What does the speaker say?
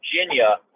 Virginia